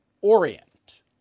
Orient